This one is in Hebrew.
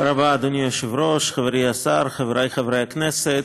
אדוני היושב-ראש, חברי השר, חברי חברי הכנסת,